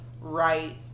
right